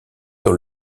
dans